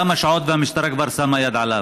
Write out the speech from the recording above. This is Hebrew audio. כמה שעות, והמשטרה כבר שמה יד עליו.